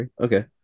Okay